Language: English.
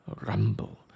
Rumble